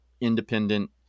independent